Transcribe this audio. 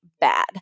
bad